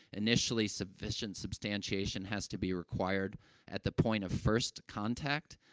initially, sufficient substantiation has to be required at the point of first contact,